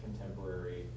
contemporary